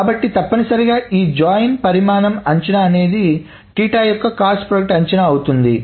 కాబట్టి తప్పనిసరిగా ఈ జాయిన్ పరిమాణం అంచనా అనేది యొక్క క్రాస్ ప్రొడక్ట్ అంచనా అవుతుంది